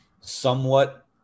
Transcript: somewhat